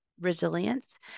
Resilience